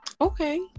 Okay